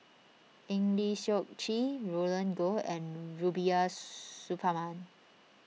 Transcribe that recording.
Eng Lee Seok Chee Roland Goh and Rubiah Suparman